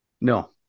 No